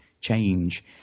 change